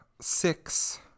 six